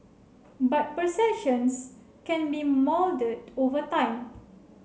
but perceptions can be moulded over time